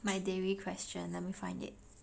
my dearie question let me find it